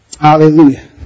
Hallelujah